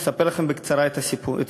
אספר לכם בקצרה את סיפורו.